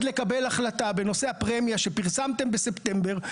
לקבל החלטה בנושא הפרמיה שפרסמתם בספטמבר,